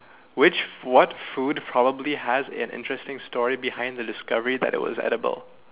which f~ what food probably has an interesting story behind the discovery that it was edible